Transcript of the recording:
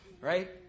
Right